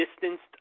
distanced